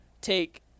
take